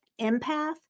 empath